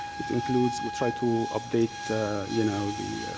it includes, we try to update you know the,